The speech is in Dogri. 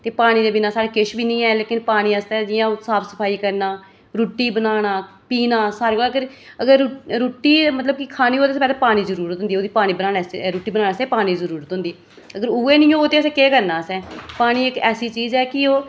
ते पानी दे बिना किश बी नेईं ऐ पानी आस्तै जियां साफ सफाई करना रुट्टी बनाना पीना सारें कोला अगर अगर रुट्टी मतलब कि खानी होऐ तां सारें कोला पैह्लें पानी जरुरी ऐ बड़ी जरुरत होंदी ओह्दी रुट्टी बनाने आस्तै पानी दी जरुरत होंदी अगर उ'ऐ नेईं होग तां केह् करना असें पानी इक ऐसी चीज ऐ कि